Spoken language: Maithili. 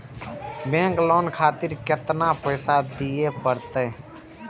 बैंक लोन खातीर केतना पैसा दीये परतें?